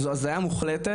זו הזיה מוחלטת,